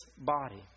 body